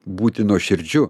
būti nuoširdžiu